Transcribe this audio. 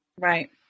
Right